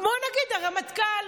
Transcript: כמו נגיד הרמטכ"ל,